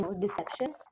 deception